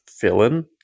villain